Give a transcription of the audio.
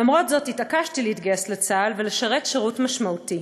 למרות זאת התעקשתי להתגייס לצה"ל ולשרת שירות משמעותי.